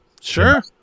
Sure